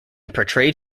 portrayed